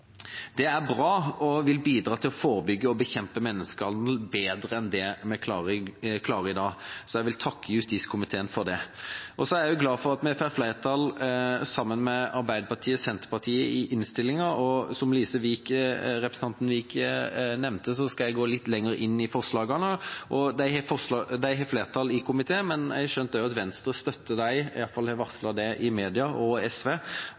Det er bra og vil bidra til å forebygge og bekjempe menneskehandel bedre enn det vi klarer i dag. Jeg vil takke justiskomiteen for det. Jeg er også glad for at vi har flertall sammen med Arbeiderpartiet og Senterpartiet i innstillinga, og som representanten Lise Wiik nevnte, skal jeg gå litt nærmere inn på forslagene. De har flertall i komiteen, men jeg har skjønt at også Venstre støtter dem – i hvert fall har de varslet det i media – og